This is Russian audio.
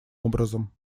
образом